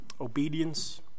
obedience